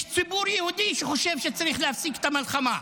יש ציבור יהודי שחושב שצריך להפסיק את המלחמה.